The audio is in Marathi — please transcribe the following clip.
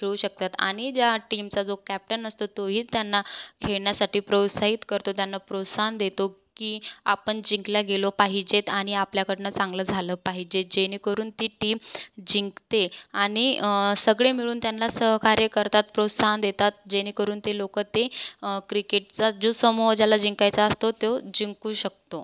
खेळू शकतात आणि ज्या टीमचा जो कॅप्टन असतो तो ही त्यांना खेळण्यासाठी प्रोत्साहित करतो त्यांना प्रोत्साहन देतो की आपण जिंकल्या गेलो पाहिजेत आणि आपल्याकडनं चांगलं झालं पाहिजे जेणेकरून ती टीम जिंकते आणि सगळे मिळून त्यांना सहकार्य करतात प्रोत्साहन देतात जेणेकरून ते लोक ते क्रिकेटचा जो समूह ज्याला जिंकायचा असतो तो जिंकू शकतो